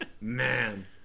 Man